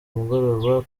mugoroba